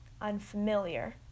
unfamiliar